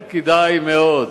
ולכן כדאי מאוד,